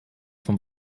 vom